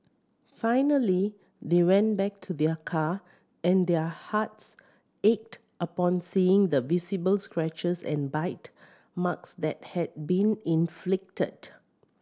finally they went back to their car and their hearts ached upon seeing the visible scratches and bite marks that had been inflicted